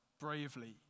bravely